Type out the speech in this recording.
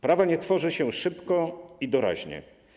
Prawa nie tworzy się szybko i doraźnie.